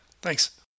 Thanks